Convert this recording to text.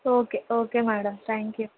okay okay madam thank you